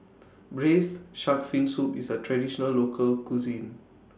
Braised Shark Fin Soup IS A Traditional Local Cuisine